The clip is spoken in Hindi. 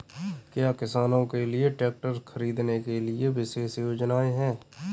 क्या किसानों के लिए ट्रैक्टर खरीदने के लिए विशेष योजनाएं हैं?